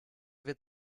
wird